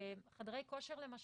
חדרי כושר, למשל,